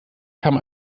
kam